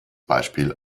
beispiel